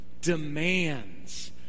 demands